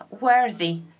worthy